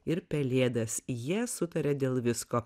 ir pelėdas jie sutaria dėl visko